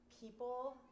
people